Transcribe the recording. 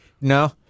No